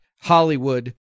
Hollywood